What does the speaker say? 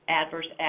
adverse